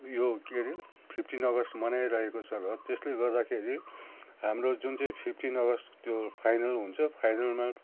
उयो के रे फिफ्टिन अगस्ट मनाइरहेको छ र त्यसले गर्दाखेरि हाम्रो जुन चाहिँ फिफ्टिन अगस्ट त्यो फाइनल हुन्छ फाइनलमा